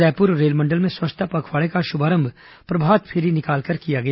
रायपुर रेलमंडल में स्वच्छता पखवाड़े का शुभारंभ प्रभात फेरी निकाल कर किया गया